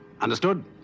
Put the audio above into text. understood